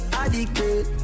addicted